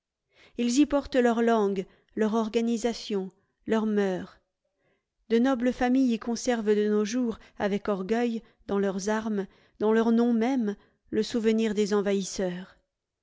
ils y portent leur langue leur organisation leurs mœurs de nobles familles y conservent de nos jours avec orgueil dans leurs armes dans leurs noms mêmes le souvenir des envahisseurs